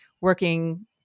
working